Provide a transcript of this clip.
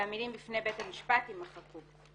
והמילים "בפני בית משפט" יימחקו."